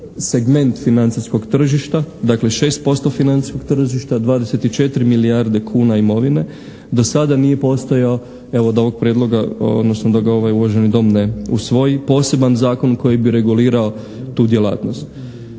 segment financijskog tržišta. Dakle 6% financijskog tržišta, 24 milijarde kuna imovine, do sada nije postojao evo do ovog prijedloga odnosno dok ga ovaj uvaženi Dom ne usvoji poseban zakon koji bi regulirao tu djelatnost.